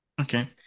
Okay